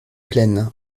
pleine